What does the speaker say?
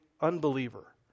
unbeliever